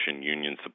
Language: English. union